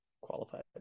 qualified